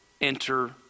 Enter